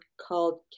called